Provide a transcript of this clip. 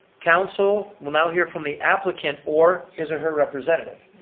council will now hear from the applicant or his or her representative.